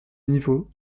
niveau